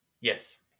Yes